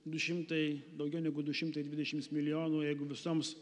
du šimtai daugiau negu du šimtai dvidešims milijonų jeigu visoms